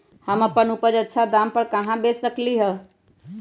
हम अपन उपज अच्छा दाम पर कहाँ बेच सकीले ह?